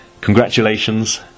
Congratulations